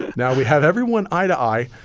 now, we have everyone eye-to-eye.